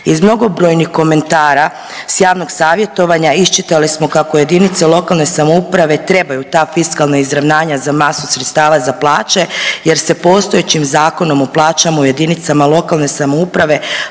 Iz mnogobrojnih komentara s javnog savjetovanja iščitali smo kako jedinice lokalne samouprave trebaju ta fiskalna izravnanja za masu sredstava za plaće jer se postojećim Zakonom o plaćama u jedinicama lokalne samouprave